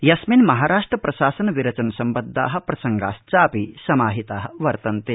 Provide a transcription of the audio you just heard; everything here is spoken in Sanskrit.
यस्मिन् महाराष्ट्र प्रशासन विरचन सम्बद्धा प्रसंगाश्चापि समाहिता वर्तन्ते